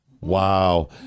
Wow